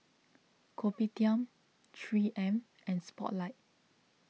Kopitiam three M and Spotlight